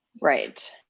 Right